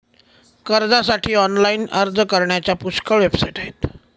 कर्जासाठी ऑनलाइन अर्ज करण्याच्या पुष्कळ वेबसाइट आहेत